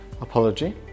apology